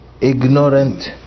ignorant